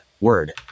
Word